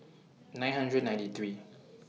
nine hundred ninety three